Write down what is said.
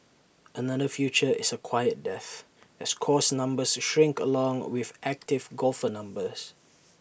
another future is A quiet death as course numbers are shrink along with active golfer numbers